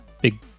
big